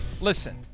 Listen